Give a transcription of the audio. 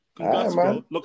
Look